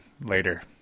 later